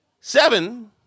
Seven